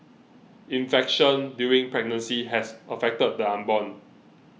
infection during pregnancy has affected the unborn